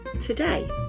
today